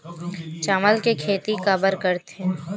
चावल के खेती काबर करथे?